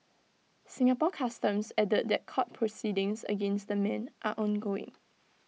Singapore Customs added that court proceedings against the men are ongoing